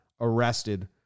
arrested